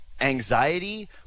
Anxiety